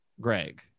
Greg